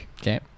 Okay